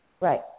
Right